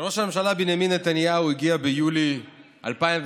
שראש הממשלה בנימין נתניהו הגיע ביולי 2019,